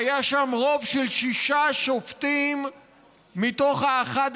והיה שם רוב של שישה שופטים מתוך 11